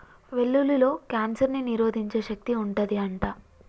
వెల్లుల్లిలో కాన్సర్ ని నిరోధించే శక్తి వుంటది అంట